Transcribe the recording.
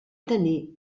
tenir